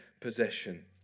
possession